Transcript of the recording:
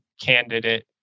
candidate